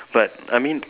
but I mean